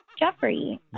Jeffrey